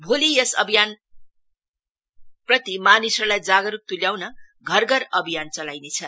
भोली यस अभियान प्रति मानिसहरुलाई जागरुक तुल्याउन घर घर अभियान चलाइनेछ